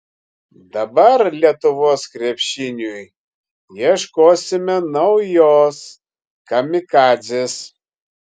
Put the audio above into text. dabar lietuvos krepšiniui ieškosime naujos kamikadzės